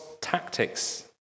tactics